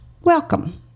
welcome